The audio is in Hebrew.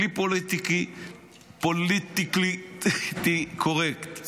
בלי פוליטיקלי קורקט.